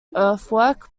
earthwork